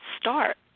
start